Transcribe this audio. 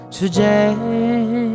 today